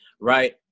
right